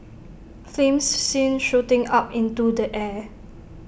flames seen shooting up into the air